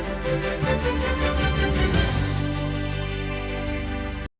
Дякую.